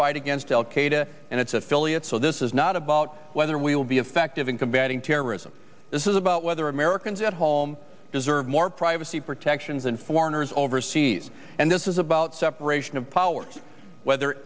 fight against al qaeda and its affiliates so this is not about whether we will be effective in combating terrorism this is about whether americans at home deserve more privacy protections and foreigners overseas and this is about separation of powers whether